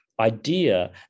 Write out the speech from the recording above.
Idea